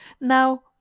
Now